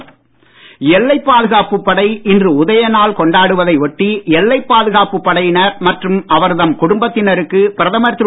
Modi BSF எல்லைப் பாதுகாப்பு படை இன்று உதயநாள் கொண்டாடுவதை ஒட்டி எல்லைப் பாதுகாப்பு படையினர் மற்றும் அவர்தம் வாழ்த்து குடும்பத்தினருக்கு பிரதமர் திரு